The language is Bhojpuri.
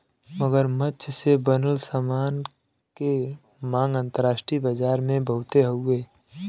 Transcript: मगरमच्छ से बनल सामान के मांग अंतरराष्ट्रीय बाजार में बहुते हउवे